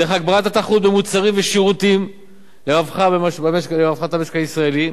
דרך הגברת התחרות במוצרים ושירותים לרווחת המשק הישראלי,